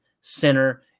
center